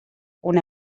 una